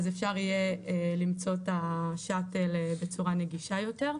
אפשר יהיה למצוא את השאטל בצורה נגישה יותר.